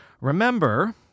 Remember